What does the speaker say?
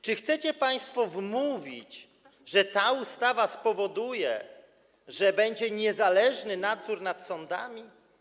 Czy chcecie nam państwo wmówić, że ta ustawa spowoduje, że będzie niezależny nadzór nad sądami?